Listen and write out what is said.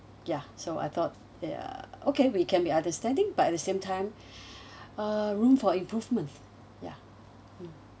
ya so I thought yeah okay we can be understanding but at the same time uh room for improvement ya mm